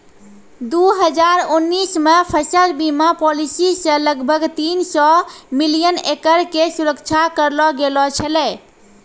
दू हजार उन्नीस मे फसल बीमा पॉलिसी से लगभग तीन सौ मिलियन एकड़ के सुरक्षा करलो गेलौ छलै